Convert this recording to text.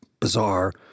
bizarre